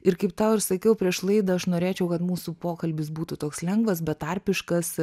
ir kaip tau ir sakiau prieš laidą aš norėčiau kad mūsų pokalbis būtų toks lengvas betarpiškas